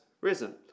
risen